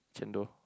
chendol